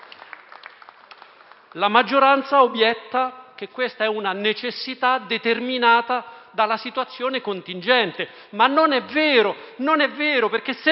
La maggioranza obietta che questa è una necessità determinata dalla situazione contingente, ma non è vero, perché, se vediamo